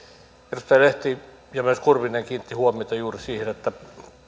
edustajat lehti ja myös kurvinen kiinnittivät huomiota juuri siihen että